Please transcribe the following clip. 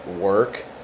work